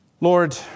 Lord